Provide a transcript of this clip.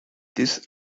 this